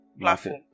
platform